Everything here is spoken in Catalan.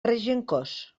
regencós